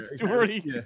already